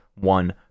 one